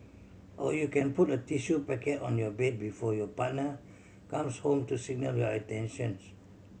or you can put a tissue packet on your bed before your partner comes home to signal your intentions